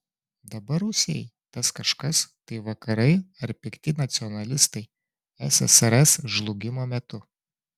dabar rusijai tas kažkas tai vakarai ar pikti nacionalistai ssrs žlugimo metu